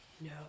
No